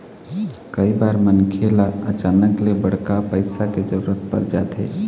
कइ बार मनखे ल अचानक ले बड़का पइसा के जरूरत पर जाथे